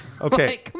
Okay